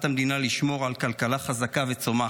המדינה לשמור על כלכלה חזקה וצומחת.